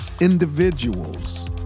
individuals